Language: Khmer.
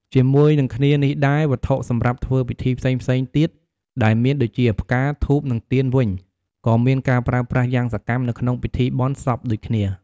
ជាមួយនឹងគ្នានេះដែរ វត្ថុសម្រាប់ធ្វើពិធីផ្សេងៗទៀត ដែលមានដូចជា ផ្កា ធូប និងទៀនវិញ ក៏មានការប្រើប្រាស់យ៉ាងសកម្មនៅក្នុងពិធីបុណ្យសពដូចគ្នា។